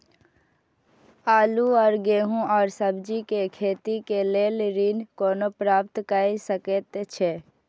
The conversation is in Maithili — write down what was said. आलू और गेहूं और सब्जी के खेती के लेल ऋण कोना प्राप्त कय सकेत छी?